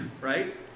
right